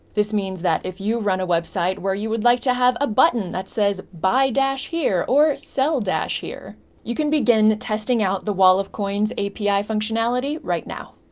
this means that if you run a website where you would like to have a button that says buy dash here or sell dash here you can begin the testing out the wall of coins api functionality right now.